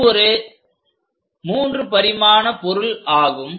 இது ஒரு 3 பரிமாண பொருள் ஆகும்